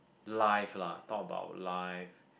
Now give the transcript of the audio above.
life lah talk about life